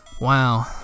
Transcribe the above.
Wow